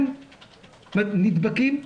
הם נדבקים,